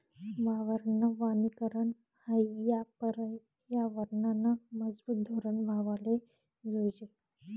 वावरनं वनीकरन हायी या परयावरनंनं मजबूत धोरन व्हवाले जोयजे